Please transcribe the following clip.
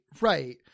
Right